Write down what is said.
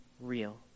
real